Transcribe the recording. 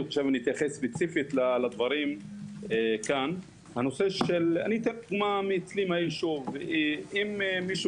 אתייחס ספציפית לדברים כאן ואתן דוגמה מהיישוב שלי: אם מישהו